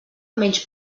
menys